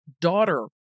daughter